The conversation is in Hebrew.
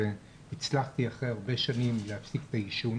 הצלחתי אחרי הרבה שנים להפסיק את העישון.